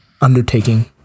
undertaking